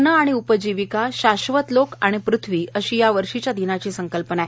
वने आणि उपजीविका शाश्वत लोक आणि पृथ्वी अशी या वर्षीच्या दिनाची संकल्पना आहे